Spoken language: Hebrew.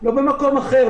לא במקום אחר,